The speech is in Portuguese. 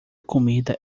comida